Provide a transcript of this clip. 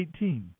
18